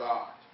God